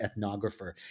ethnographer